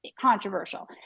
controversial